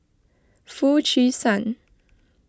Foo Chee San